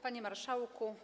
Panie Marszałku!